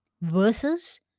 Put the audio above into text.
Versus